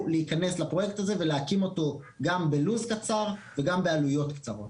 להיכנס לפרויקט הזה ולהקים אותו גם בלו"ז קצר וגם בעלויות קצרות.